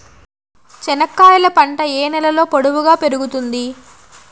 చెనక్కాయలు పంట ఏ నేలలో పొడువుగా పెరుగుతుంది?